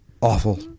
awful